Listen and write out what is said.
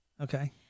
Okay